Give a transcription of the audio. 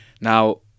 Now